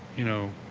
you know